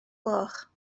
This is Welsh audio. gloch